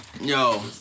Yo